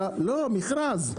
לא, מכרז.